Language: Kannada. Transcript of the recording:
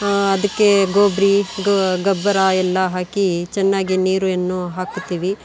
ಅದಕ್ಕೆ ಗೊಬ್ರ ಗ ಗೊಬ್ಬರ ಎಲ್ಲ ಹಾಕಿ ಚೆನ್ನಾಗಿ ನೀರನ್ನು ಹಾಕುತ್ತೀವಿ